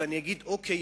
ואני אגיד: אוקיי,